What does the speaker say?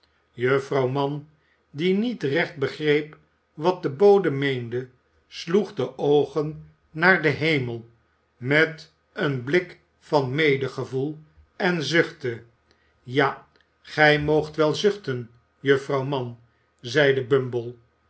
juffrouw mann die niet recht begreep wat de bode meende sloeg de oogen naar den hemel met een blik van medegevoel en zuchtte j a g'j moogt wel zuchten juffrouw mann zeide bumble